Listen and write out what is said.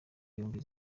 yombi